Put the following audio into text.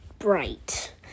bright